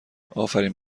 آفرین